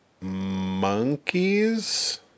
monkeys